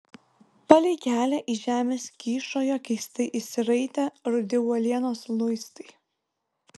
palei kelią iš žemės kyšojo keistai išsiraitę rudi uolienos luistai